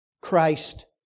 Christ